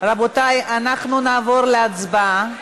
רבותי, אנחנו נעבור להצבעה.